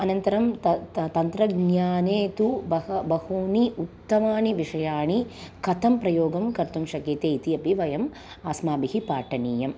अनन्तरं त त तन्त्रज्ञाने तु बह बहूनि उत्तमानि विषयाणि कथं प्रयोगं कर्तुं शक्यते इत्यपि वयम् अस्माभिः पाठनीयम्